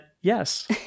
yes